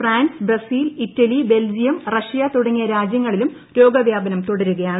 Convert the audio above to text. ഫ്ട്ൻസ് Brazil Italy Belgium Russia തുടങ്ങിയ രാജ്യങ്ങളിലും രോഗവ്യാപനം തുടരുകയാണ്